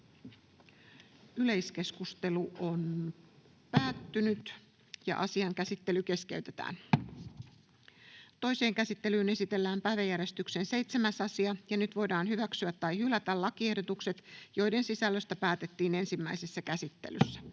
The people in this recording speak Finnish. ja siihen liittyviksi laeiksi Time: N/A Content: Toiseen käsittelyyn esitellään päiväjärjestyksen 9. asia. Nyt voidaan hyväksyä tai hylätä lakiehdotukset, joiden sisällöstä päätettiin ensimmäisessä käsittelyssä.